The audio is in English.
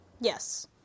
Yes